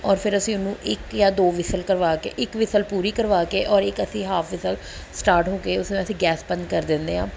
ਔਰ ਫਿਰ ਅਸੀਂ ਉਹਨੂੰ ਇਕ ਜਾਂ ਦੋ ਵਿਸਲ ਕਰਵਾ ਕੇ ਇੱਕ ਵਿਸਲ ਪੂਰੀ ਕਰਵਾ ਕੇ ਔਰ ਇੱਕ ਅਸੀਂ ਹਾਫ ਵਿਸਲ ਸਟਾਰਟ ਹੋ ਕੇ ਉਸ ਨੂੰ ਅਸੀਂ ਗੈਸ ਬੰਦ ਕਰ ਦਿੰਦੇ ਹਾਂ